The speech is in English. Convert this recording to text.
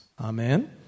Amen